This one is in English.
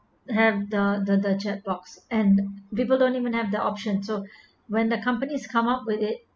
have the the the chat box and people don't even have the option so when the company's come up with it